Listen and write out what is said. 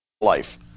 life